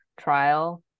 trial